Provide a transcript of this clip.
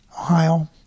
Ohio